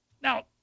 Now